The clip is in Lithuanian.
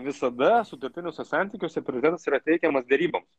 visada sutartiniuose santykiuose prioritetas yra teikiamas deryboms